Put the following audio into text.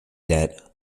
debt